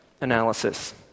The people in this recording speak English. analysis